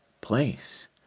place